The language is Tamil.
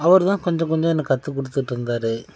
அவர் தான் கொஞ்சம் கொஞ்சம் கற்று கொடுத்துட்டு இருந்தார்